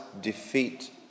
defeat